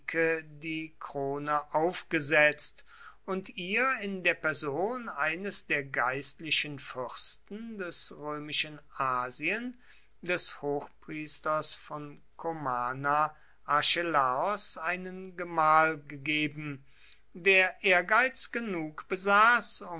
die krone aufgesetzt und ihr in der person eines der geistlichen fürsten des römischen asien des hochpriesters von komana archelaos einen gemahl gegeben der ehrgeiz genug besaß